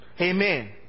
Amen